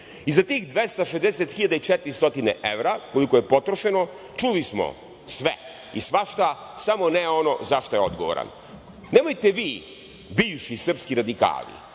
i 400 evra, koliko je potrošeno, čuli smo sve i svašta, samo ne ono za šta je odgovoran. Nemojte vi, bivši srpski radikali,